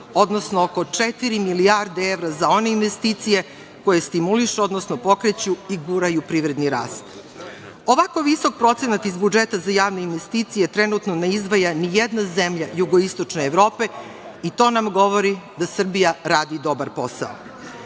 odnosno oko četiri milijarde evra za one investicije koje stimulišu, odnosno pokreću i guraju privredni rast. Ovako visok procenat iz budžeta za javne investicije trenutno ne izdvaja nijedna zemlja jugoistočne Evrope i to nam govori da Srbija radi dobar posao. Kada